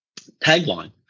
tagline